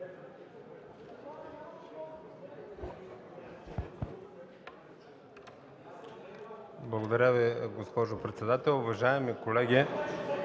Благодаря Ви, госпожо председател. Уважаеми колеги,